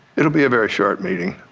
it'll be a very short meeting